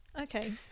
Okay